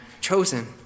chosen